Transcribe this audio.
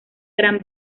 gran